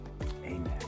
Amen